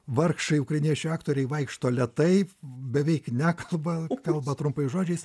vargšai ukrainiečiai aktoriai vaikšto lėtai beveik nekalba kalba trumpai žodžiais